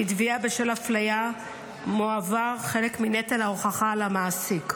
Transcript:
בתביעה בשל אפליה מועבר חלק מנטל ההוכחה על המעסיק,